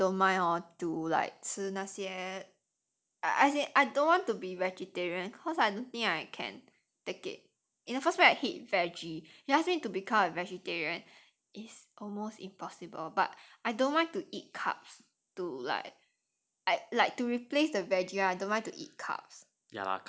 actually I really don't mind hor to like 吃那些 as in I don't want to be vegetarian cause I don't think I can take it in the first I hate veggie you ask me to become a vegetarian it's almost impossible but I don't want to eat carbs to like like to replace the veggie or I don't want to eat cups